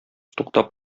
туктап